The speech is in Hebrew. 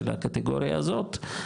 של הקטגוריה הזאת,